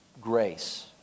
grace